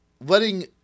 letting